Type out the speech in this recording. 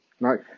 right